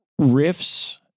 riffs